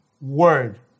word